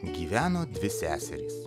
gyveno dvi seserys